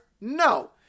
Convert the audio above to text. No